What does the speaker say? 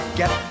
get